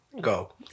Go